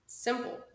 simple